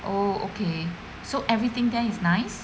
oh okay so everything there is nice